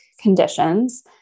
conditions